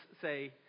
say